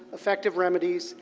effective remedies,